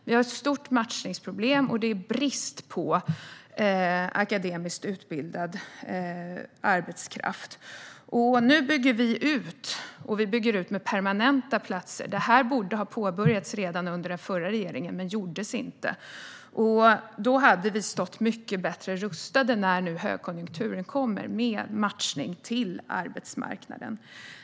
Vi har ett stort matchningsproblem, och det är brist på akademiskt utbildad arbetskraft. Nu bygger vi ut, och vi bygger ut med permanenta platser. Det borde ha påbörjats redan under den förra regeringen, men det gjordes inte. Då hade vi, nu när högkonjunkturen kommer, stått mycket bättre rustade i fråga om matchning på arbetsmarknaden.